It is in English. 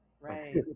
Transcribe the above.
Right